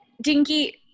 dinky